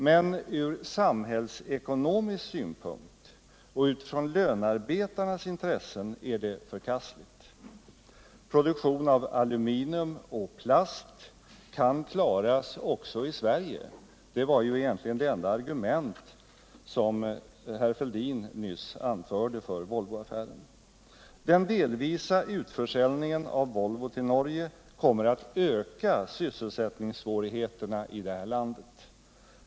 Men ur samhällsekonomisk synpunkt och utifrån lönarbetarnas intressen är det förkastligt. Produktion av aluminium och plast kan klaras också i Sverige, vilket egentligen var det enda argument som herr Fälldin nyss anförde för Volvoaffären. Den delvisa utförsäljningen av Volvo till Norge kommer att öka sysselsättningssvårigheterna i det här landet.